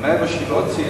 אבל מה שהיא לא ציינה,